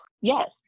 Yes